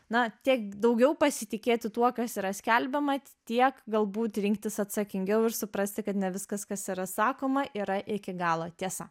na tiek daugiau pasitikėti tuo kas yra skelbiama ti tiek galbūt rinktis atsakingiau ir suprasti kad ne viskas kas yra sakoma yra iki galo tiesa